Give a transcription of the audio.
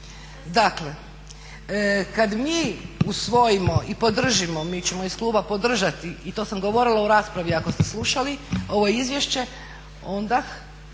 Dakle kada mi usvojimo i podržimo, mi ćemo iz kluba podržati i to sam govorila u raspravi ako ste slušali ovo izvješće onda